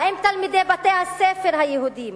האם תלמידי בתי-הספר היהודיים